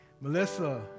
Melissa